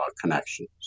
connections